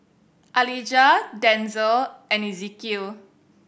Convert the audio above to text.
Alijah Denzel and Ezequiel